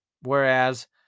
whereas